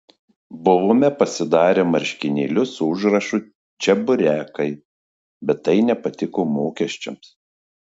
buvome pasidarę marškinėlius su užrašu čeburekai bet tai nepatiko mokesčiams